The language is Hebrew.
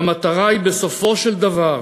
המטרה היא בסופו של דבר